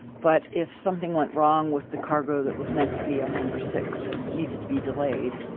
but if something went wrong with the cargo that was meant to be a number six, and needed to be delayed,